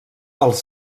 els